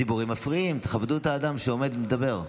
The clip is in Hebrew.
הדיבורים מפריעים, תכבדו את האדם שעומד ומדבר.